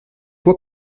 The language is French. quoi